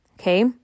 Okay